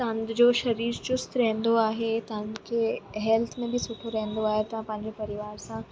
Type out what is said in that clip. तव्हांजो सरीरु चुस्त रहंदो आहे तव्हांखे हेल्थ में बि सुठो रहंदो आहे तव्हां पंहिंजे परिवार सां